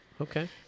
okay